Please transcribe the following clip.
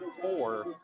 four